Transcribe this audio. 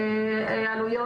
עלויות.